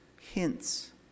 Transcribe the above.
hints